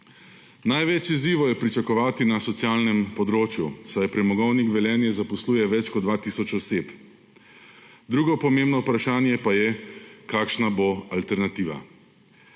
Največ izzivov je pričakovati na socialnem področju, saj Premogovnik Velenje zaposluje več kot 2 tisoč oseb. Drugo pomembno vprašanje pa je, kakšna bo alternativa.